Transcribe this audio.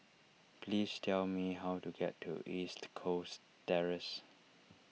please tell me how to get to East Coast Terrace